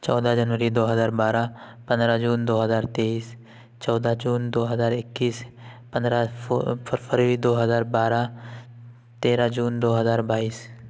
چودہ جنوری دو ہزار بارہ پندرہ جون دو ہزار تئیس چودہ جون دو ہزار اکیس پندرہ ففری دو ہزار بارہ تیرہ جون دو ہزار بائیس